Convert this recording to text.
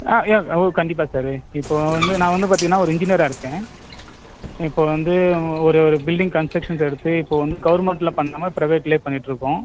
ஆ எ ஓ கண்டிப்பாக சாரு இப்போது வந்து நான் வந்து பார்த்தீங்கனா ஒரு இன்ஜினியராக இருக்கேன் இப்போது வந்து ஒரு ஒரு பில்டிங் கன்ஸ்ட்ரக்ஷன்ஸ் எடுத்து இப்போது வந்து கவர்மெண்ட்டில் பண்ணுற மாதிரி பிரைவேட்டிலே பண்ணிகிட்டுருக்கோம்